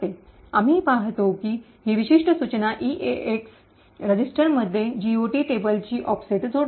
आम्ही पाहतो की ही विशिष्ट सूचना ईसीएक्स रजिस्टरमध्ये जीओटी टेबलची ऑफसेट जोडते